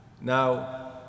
Now